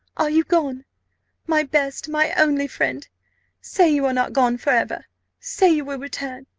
are you gone my best, my only friend say you are not gone for ever say you will return!